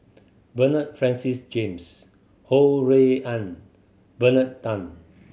Bernard Francis James Ho Rui An Bernard Tan